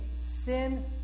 sin